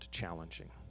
challenging